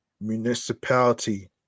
Municipality